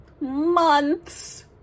months